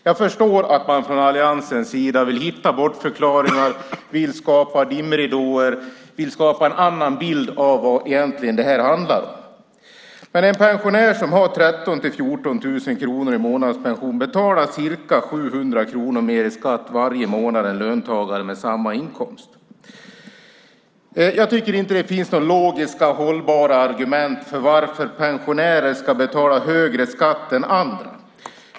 Jag förstår att man från alliansens sida vill hitta bortförklaringar, vill skapa dimridåer och en annan bild än vad det här egentligen handlar om. En pensionär som har 13 000-14 000 kronor i månadspension betalar ca 700 kronor mer i skatt varje månad än en löntagare med samma inkomst. Jag tycker inte att det finns några logiskt hållbara argument för att pensionärer ska betala högre skatt än andra.